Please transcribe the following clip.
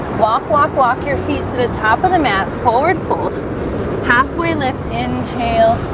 walk walk walk your feet to the top of the mat forward fold halfway lift inhale